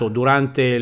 durante